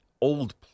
old